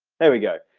there we go,